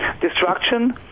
Destruction